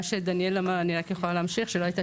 שדניאל אמר אני רק יכולה להוסיף שלא הייתה